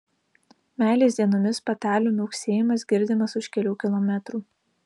meilės dienomis patelių miauksėjimas girdimas už kelių kilometrų